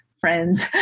friends